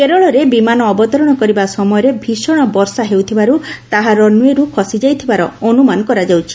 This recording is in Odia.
କେରଳରେ ବିମାନ ଅବତରଣ କରିବା ସମୟରେ ଭୀଷଣ ବର୍ଷା ହେଉଥିବାରୁ ତାହା ରନ୍ୱେରୁ ଖସିଯାଇଥିବାର ଅନୁମାନ କରାଯାଉଛି